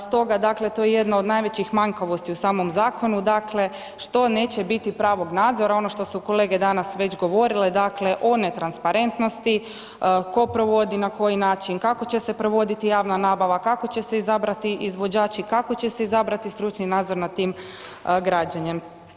Stoga dakle to je jedno od najvećih manjkavosti u samom zakonu, dakle što neće biti pravog nadzora ono što su kolege danas već govorile, dakle o netransparentnosti, tko provodi, na koji način, kako će se provoditi javna nabava, kako će se izabrati izvođači, kako će se izabrati stručni nadzor nad tim građenjem.